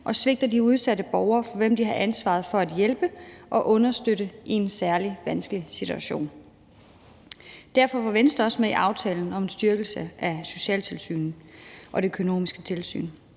og svigter de udsatte borgere, som de har ansvaret for at hjælpe og understøtte i en særlig vanskelig situation. Derfor var Venstre også med i aftalen om en styrkelse af socialtilsynet og det økonomiske tilsyn.